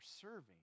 serving